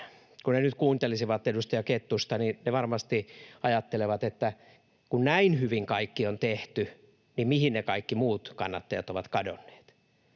nyt kuuntelisivat edustaja Kettusta, he varmasti ajattelisivat, että kun näin hyvin kaikki on tehty, niin mihin kaikki muut kannattajat ovat kadonneet.